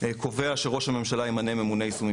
קובע שראש הממשלה ימנה ממונה יישומים